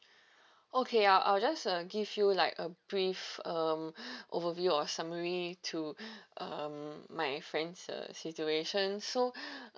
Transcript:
okay I'll I'll just uh give you like uh brief um overview or summary to um my friend's uh situation so